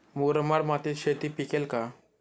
मुरमाड मातीत शेती पिकेल का?